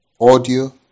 audio